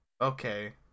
Okay